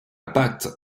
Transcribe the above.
pâte